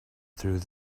through